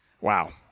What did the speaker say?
wow